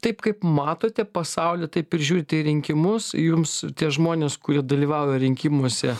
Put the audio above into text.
taip kaip matote pasaulį taip ir žiūrite į rinkimus jums tie žmonės kurie dalyvauja rinkimuose